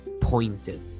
pointed